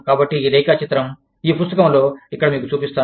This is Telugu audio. కాబట్టి ఈ రేఖాచిత్రం ఈ పుస్తకంలో ఇక్కడ మీకు చూపిస్తాను